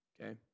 Okay